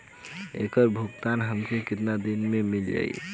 ऐकर भुगतान हमके कितना दिन में मील जाई?